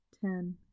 Ten